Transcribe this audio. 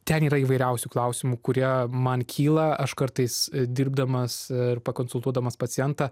ten yra įvairiausių klausimų kurie man kyla aš kartais dirbdamas ir pakonsultuodamas pacientą